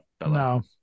No